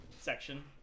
section